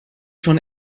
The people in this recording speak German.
schon